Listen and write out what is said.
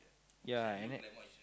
ya and then